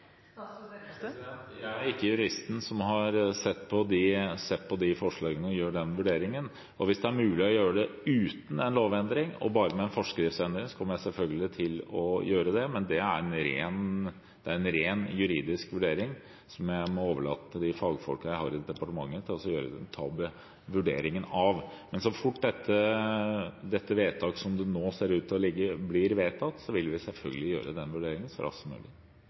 Jeg er ikke juristen som har sett på de forslagene og skal gjøre den vurderingen. Hvis det er mulig å gjøre det uten en lovendring, men bare med en forskriftsendring, kommer jeg selvfølgelig til å gjøre det. Men det er en ren juridisk vurdering som jeg må overlate til de fagfolkene jeg har i departementet, å gjøre. Men så fort dette vedtaket – som det nå ligger – blir vedtatt, vil vi selvfølgelig gjøre den vurderingen så raskt som mulig.